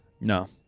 No